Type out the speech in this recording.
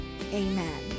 amen